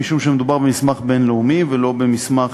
משום שמדובר במסמך בין-לאומי ולא במסמך